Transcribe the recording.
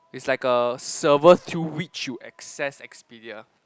it's like a server through which you access Expedia